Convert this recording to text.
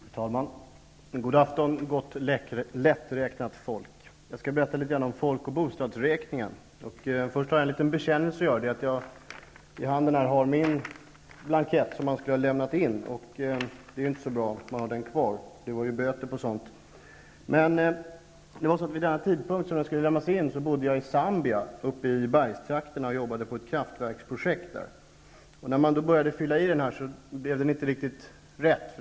Herr talman! God afton, gott lätträknat folk. Jag skall berätta litet grand om folk och bostadsräkningen. Först har jag en liten bekännelse att göra. I handen har jag den blankett jag skulle ha lämnat in. Det är ju inte så bra att jag har den kvar. Det kan ju utgå böter för sådant. Vid den tidpunkt blanketten skulle lämnas in bodde jag i bergstrakterna i Zambia och arbetade med ett kraftverksprojekt. När jag började fylla i blanketten blev det hela inte riktigt rätt.